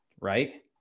right